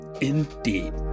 indeed